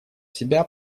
себя